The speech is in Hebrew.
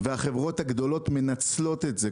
והחברות הגדולות מנצלות את זה,